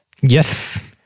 Yes